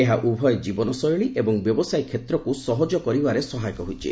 ଏହା ଉଭୟ ଜୀବନଶୈଳୀ ଏବଂ ବ୍ୟବସାୟ କ୍ଷେତ୍ରକ୍ ସହଜ କରିବାରେ ସହାୟକ ହୋଇଛି